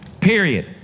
period